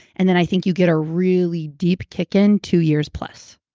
and then i think you get a really deep kick in two years plus.